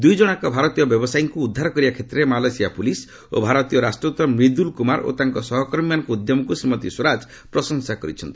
ଦୁଇଜଣଯାକ ଭାରତୀୟ ବ୍ୟବସାୟୀଙ୍କୁ ଉଦ୍ଧାର କରିବା କ୍ଷେତ୍ରରେ ମାଲେସିଆ ପୁଲିସ୍ ଏବଂ ଭାରତୀୟ ରାଷ୍ଟ୍ରଦୃତ ମ୍ରିଦୁଲ୍ କୁମାର ଓ ତାଙ୍କ ସହକର୍ମୀମାନଙ୍କ ଉଦ୍ୟମକୁ ଶ୍ରୀମତୀ ସ୍ୱରାଜ ପ୍ରଶଂସା କରିଛନ୍ତି